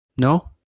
No